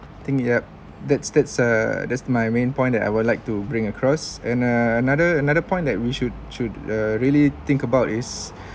thing yup that's that's uh that's my main point that I would like to bring across and uh another another point that we should should uh really think about is